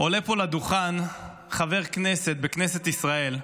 עולה פה לדוכן חבר כנסת בכנסת ישראל,